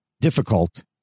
difficult